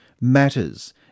matters